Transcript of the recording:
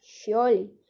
surely